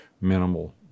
minimal